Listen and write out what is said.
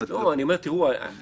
אני לא מדבר על הכנסת,